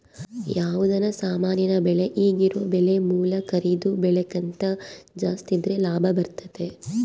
ಯಾವುದನ ಸಾಮಾನಿನ ಬೆಲೆ ಈಗಿರೊ ಬೆಲೆ ಮೂಲ ಖರೀದಿ ಬೆಲೆಕಿಂತ ಜಾಸ್ತಿದ್ರೆ ಲಾಭ ಬರ್ತತತೆ